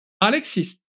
Alexis